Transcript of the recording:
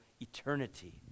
eternity